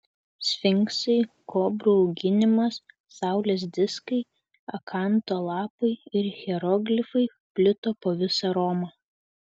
sfinksai kobrų auginimas saulės diskai akanto lapai ir hieroglifai plito po visą romą